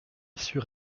sur